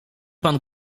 pan